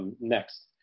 next